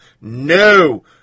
No